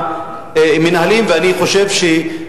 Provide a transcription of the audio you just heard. אני קובע שההחלטה